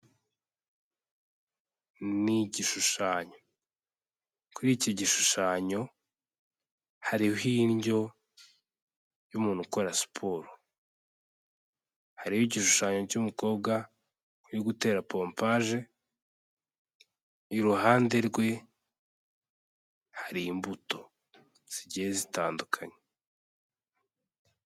Ni igishushanyo, kuri iki gishushanyo hariho indyo y'umuntu ukora siporo, hariho igishushanyo cy'umukobwa uri gutera pompaje, iruhande rwe hari imbuto zigiye zitandukanye.